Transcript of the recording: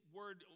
word